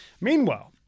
Meanwhile